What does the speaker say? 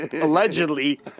Allegedly